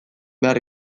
behar